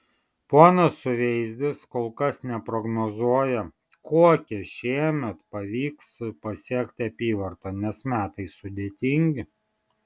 ponas suveizdis kol kas neprognozuoja kokią šiemet pavyks pasiekti apyvartą nes metai sudėtingi